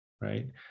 right